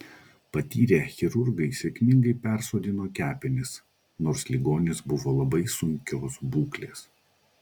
patyrę chirurgai sėkmingai persodino kepenis nors ligonis buvo labai sunkios būklės